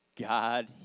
God